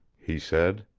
he said.